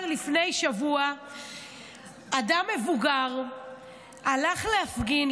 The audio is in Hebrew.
לפני שבוע אדם מבוגר הלך להפגין,